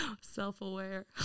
Self-aware